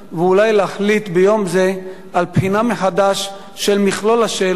ואולי להחליט ביום זה על בחינה מחדש של מכלול השאלות